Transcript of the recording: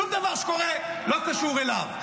שום דבר שקורה לא קשור אליו.